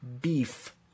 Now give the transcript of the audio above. Beef